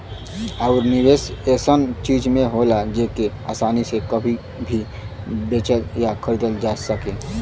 आउर निवेस ऐसन चीज में होला जेके आसानी से कभी भी बेचल या खरीदल जा सके